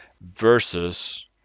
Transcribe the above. versus